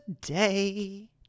day